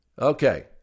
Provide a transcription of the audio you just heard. Okay